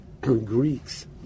Greeks